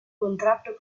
contratto